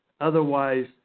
otherwise